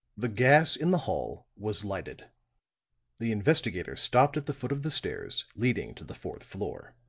the gas in the hall was lighted the investigator stopped at the foot of the stairs leading to the fourth floor.